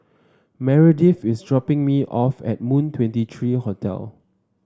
Meredith is dropping me off at Moon Twenty three Hotel